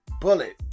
bullet